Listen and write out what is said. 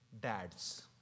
Dads